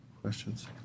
Questions